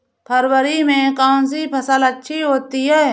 फरवरी में कौन सी फ़सल अच्छी होती है?